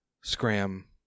Scram